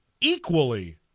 equally